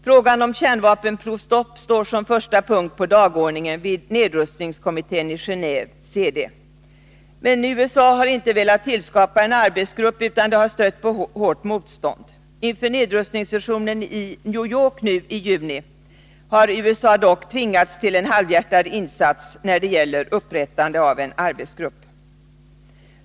Frågan om kärnvapenprovstopp står som första punkt på dagordningen vid nedrustningskommittén i Gen&ve, CD. Men USA har inte velat tillskapa en arbetsgrupp, utan har bjudit hårt motstånd. Inför nedrustningssessionen i New York nu i juni har USA dock tvingats till en halvhjärtad insats när det gäller upprättande av en arbetsgrupp.